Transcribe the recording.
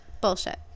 bullshit